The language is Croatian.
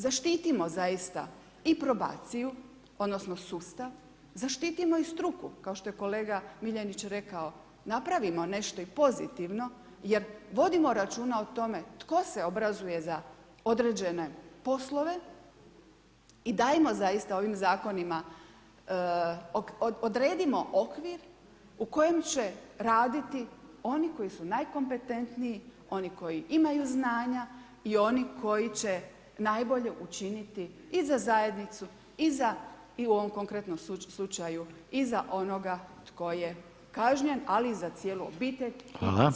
Zaštitimo zaista i probaciju odnosno sustav, zaštitimo i struku kao što je kolega Miljenić rekao napravimo nešto pozitivno i pozitivno jer vodimo računa o tome tko se obrazuje za određene poslove i dajmo zaista ovim zakonima, odredimo okvir u kojem će raditi oni koji su najkompetentnije, oni koji imaju znanja i oni koji će najbolje učiniti i za zajednicu i za i u ovom konkretnom slučaju i za onoga tko je kažnjen ali i za cijelu obitelj i cijelu zajednicu.